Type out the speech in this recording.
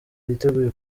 yiteguye